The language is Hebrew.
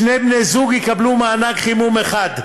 שני בני זוג יקבלו מענק חימום אחד.